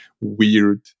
weird